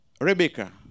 Rebecca